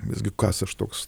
visgi kas aš toks